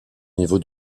niveau